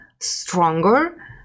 stronger